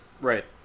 Right